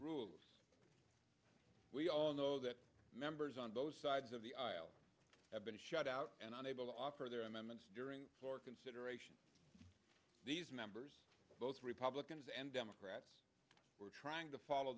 rules we all know that members on both sides of the aisle have been shut out and unable to offer their amendments during for consideration these members both republicans and democrats were trying to follow